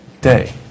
day